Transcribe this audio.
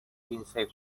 insects